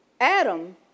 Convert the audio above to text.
Adam